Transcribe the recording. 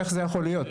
איך זה יכול להיות?